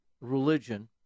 religion